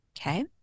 Okay